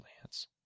Lance